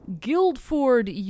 Guildford